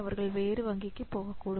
அவர்கள் வேறு வங்கிக்கு போகக்கூடும்